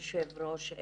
היושב ראש.